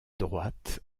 droite